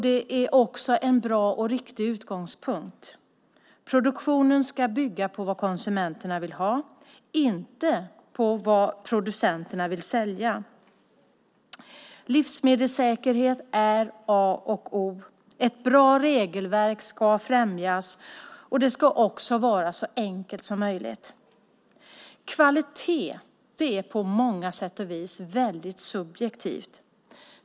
Det är också en bra och riktig utgångspunkt. Produktionen ska bygga på vad konsumenterna vill ha, inte på vad producenterna vill sälja. Livsmedelssäkerhet är A och O. Ett bra regelverk ska främjas, och det ska också vara så enkelt som möjligt. Kvalitet är på många sätt väldigt subjektivt.